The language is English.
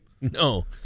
No